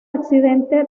accidente